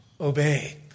obey